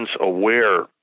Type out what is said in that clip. aware